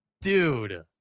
dude